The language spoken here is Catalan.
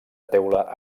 teula